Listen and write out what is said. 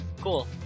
Cool